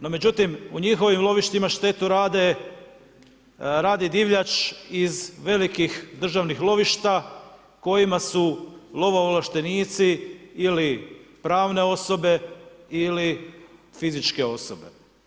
No međutim, u njihovim lovištima štetu radi divljač iz velikih državnih lovišta kojima su lovo ovlaštenici ili pravne osobe ili fizičke osobe.